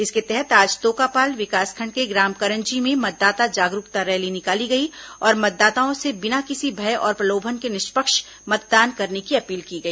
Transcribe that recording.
इसके तहत आज तोकापाल विकासखंड के ग्राम करंजी में मतदाता जागरूकता रैली निकाली गई और मतदाताओं से बिना किसी भय और प्रलोभन के निष्पक्ष मतदान करने की अपील की गई